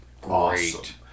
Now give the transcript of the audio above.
great